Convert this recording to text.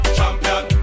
Champion